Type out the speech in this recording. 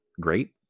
great